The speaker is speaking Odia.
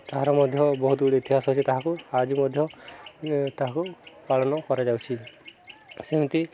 ତାହାର ମଧ୍ୟ ବହୁତ ଗୁଡ଼ିଏ ଇତିହାସ ଅଛି ତାହାକୁ ଆଜି ମଧ୍ୟ ତାହାକୁ ପାଳନ କରାଯାଉଛି ସେମିତି